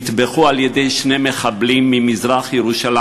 נטבחו על-ידי שני מחבלים ממזרח-ירושלים,